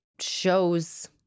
shows